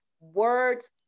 words